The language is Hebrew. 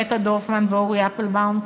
נטע דורפמן ואורי אפלבאום,